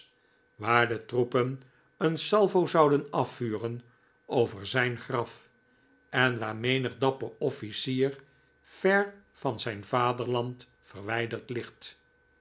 waar de troepen een salvo zouden afvuren over zijn graf en waar menig dapper officier ver van zijn vaderland verwijderd ligt